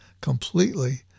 completely